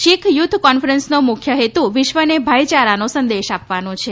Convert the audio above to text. શીખ youth કોન્ફરન્સનો મુખ્ય હેતુ વિશ્વને ભાઈચારાનો સંદેશ આપવાનો છે